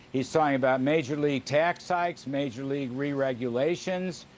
he's talking about major league tax hikes, major league re regulation,